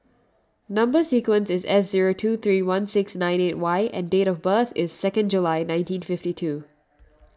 Number Sequence is S zero two three one six nine eight Y and date of birth is second July nineteen fifty two